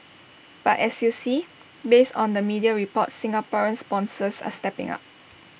but as you see based on the media reports Singaporean sponsors are stepping up